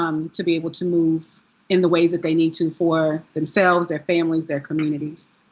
um to be able to move in the ways that they need to, for themselves. their families. their communities.